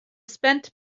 spent